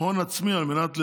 הון עצמי, על מנת לבנות,